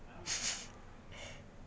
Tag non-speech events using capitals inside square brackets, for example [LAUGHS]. [LAUGHS]